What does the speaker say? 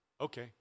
okay